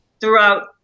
throughout